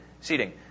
Seating